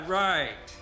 right